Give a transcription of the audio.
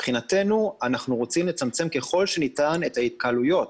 מבחינתנו אנחנו רוצים לצמצם ככל שניתן את ההתקהלויות.